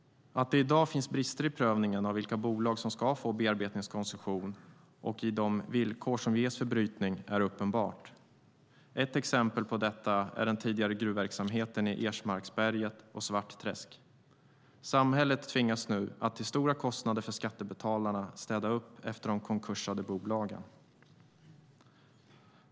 Att det i dag finns brister i prövningen av vilka bolag som ska få bearbetningskoncession och i de villkor som ges för brytning är uppenbart. Ett exempel på detta är den tidigare gruvverksamheten i Ersmarksberget och Svartträsk. Samhället tvingas nu att till stora kostnader för skattebetalarna städa upp efter de konkursade bolagen.